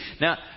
Now